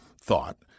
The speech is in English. thought